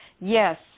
Yes